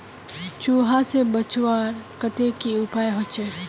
चूहा से बचवार केते की उपाय होचे?